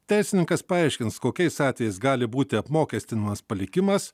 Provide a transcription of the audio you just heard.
teisininkas paaiškins kokiais atvejais gali būti apmokestinamas palikimas